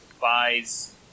buys